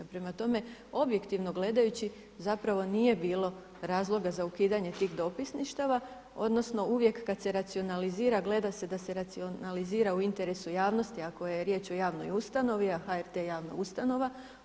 Prema tome, objektivno gledajući, zapravo nije bilo razloga za ukidanje tih dopisništava odnosno uvijek kada se racionalizira gleda se da se racionalizira u interesu javnosti ako je riječ o javnoj ustanovi, a HRT-e je javna ustanova.